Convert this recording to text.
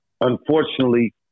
unfortunately